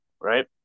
Right